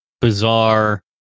bizarre